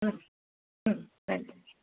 ம் ம் தேங்க்யூ